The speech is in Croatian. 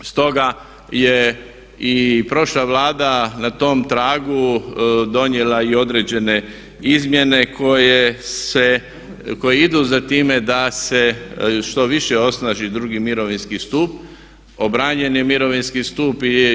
Stoga je i prošla Vlada na tom tragu donijela i određene izmjene koje se, koje idu za time da se što više osnaži drugi mirovinski stup, obranjen je mirovinski stup.